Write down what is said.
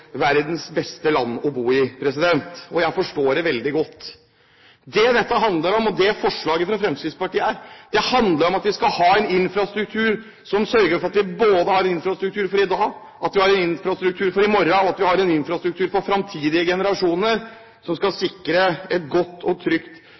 verdens beste land å bo i. Jeg forstår det veldig godt. Det dette handler om, og det forslaget fra Fremskrittspartiet handler om, er at vi skal ha en infrastruktur som sørger for at vi har en infrastruktur for i dag, at vi har en infrastruktur for i morgen, og at vi har en infrastruktur for fremtidige generasjoner, som skal